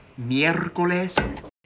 miércoles